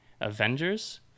Avengers